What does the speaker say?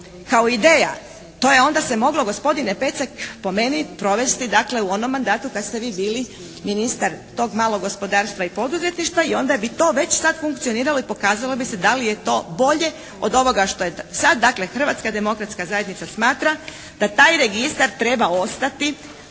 kao ideja, to je onda se moglo gospodine Pecek po meni, provesti dakle u onom mandatu kad ste vi bili ministar tog malog gospodarstva i poduzetništva i onda bi to već sad funkcioniralo i pokazalo bi se da li je to bolje od ovoga što je sad. Dakle, Hrvatska demokratska zajednica smatra da taj registar treba ostati